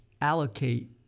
allocate